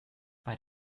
bei